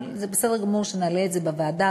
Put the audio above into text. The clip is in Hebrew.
אבל זה בסדר גמור שנעלה את זה בוועדה,